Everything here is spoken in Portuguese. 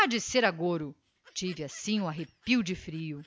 ha de ser agouro tive assim um arrepio de frio